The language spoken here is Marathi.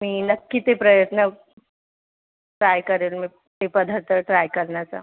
मी नक्की ते प्रयत्न ट्राय करेल मी पदार्थ ट्राय करण्याचा